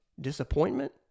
disappointment